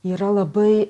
yra labai